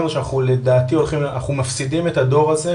זה שאנחנו לדעתי מפסידים את הדור הזה,